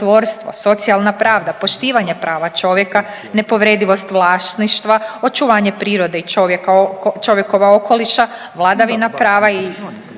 socijalna pravda, poštivanje prava čovjeka, nepovredivost vlasništva, očuvanje prirode i čovjekova okoliša, vladavina prava i